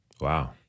Wow